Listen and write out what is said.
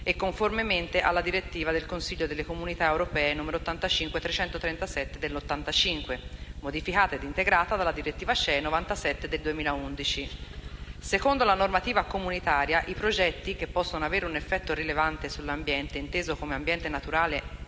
e conformemente alla direttiva del Consiglio delle Comunità europee n. 85/337 del 1985, modificata ed integrata dalla direttiva CEE n. 97 del 2011. Secondo la normativa comunitaria, i progetti che possono avere un effetto rilevante sull'ambiente, inteso come ambiente naturale e